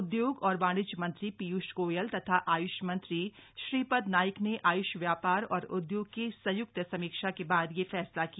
उदयोग और वाणिज्य मंत्री पीयूष गोयल तथा आयुष मंत्री श्रीपद नाईक ने आयुष व्यापार और उदयोग की संयुक्त समीक्षा के बाद यह फैसला किया